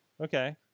Okay